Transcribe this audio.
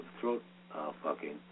throat-fucking